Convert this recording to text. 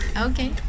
Okay